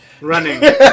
Running